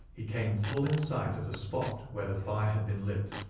he came full in sight of the spot where the fire had been lit.